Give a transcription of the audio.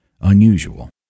unusual